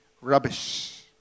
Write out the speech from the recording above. Rubbish